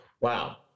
wow